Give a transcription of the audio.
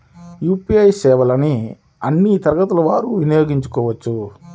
UPI సేవలని అన్నీ తరగతుల వారు వినయోగించుకోవచ్చా?